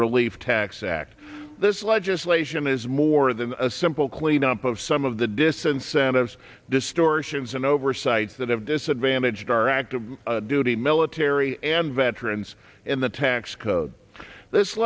relief tax act this legislation is more than a simple clean up of some of the disincentives distortions and oversights that have disadvantaged our active duty military and veterans in the tax code this